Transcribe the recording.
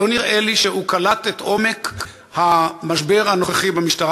לא נראה לי שהוא קלט את עומק המשבר הנוכחי במשטרה.